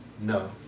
no